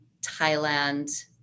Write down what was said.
Thailand